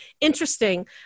interesting